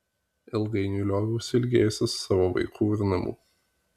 ilgainiui lioviausi ilgėjęsis savo vaikų ir namų